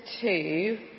two